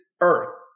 earth